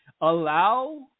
Allow